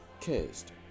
Cursed